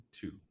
two